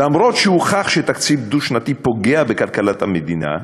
למרות שהוכח שתקציב דו-שנתי פוגע בכלכלת המדינה,